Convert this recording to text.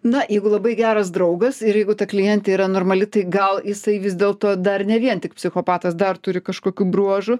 na jeigu labai geras draugas ir jeigu ta klientė yra normali tai gal jisai vis dėl to dar ne vien tik psichopatas dar turi kažkokių bruožų